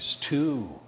two